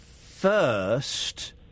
first